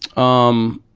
um,